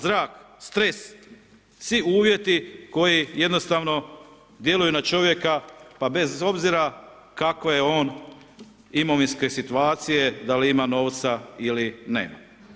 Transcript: Zrak, stres, svi uvjeti koji jednostavno djeluju na čovjeka pa bez obzira kako je on imovinske situacije da li ima novca ili nema.